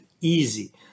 easy